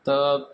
त